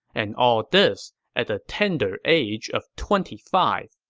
and all this at the tender age of twenty five